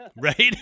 Right